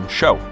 show